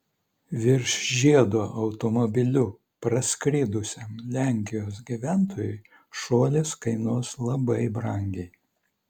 virš žiedo automobiliu praskridusiam lenkijos gyventojui šuolis kainuos labai brangiai